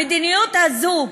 המדיניות הזאת,